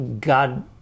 God